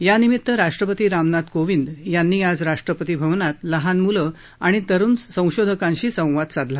यानिमित्त राष्ट्रपती रामनाथ कोविंद यांनी आज राष्ट्रपती भवनात लहान म्लं आणि तरुण संशोधकांशी संवाद साधला